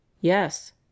Yes